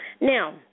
Now